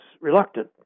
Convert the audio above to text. reluctant